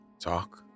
talk